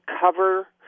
cover